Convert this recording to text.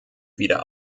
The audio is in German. wieder